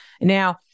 Now